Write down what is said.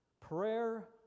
Prayer